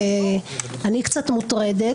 שאני קצת מוטרדת,